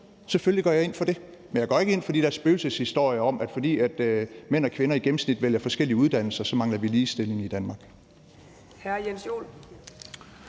Selvfølgelig går jeg ind for det, men jeg går ikke ind for de der spøgelseshistorier om, at fordi mænd og kvinder i gennemsnit vælger forskellige uddannelser, mangler vi ligestilling i Danmark.